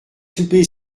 souper